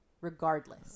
regardless